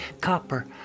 copper